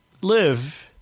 live